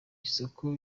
isoko